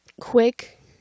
Quick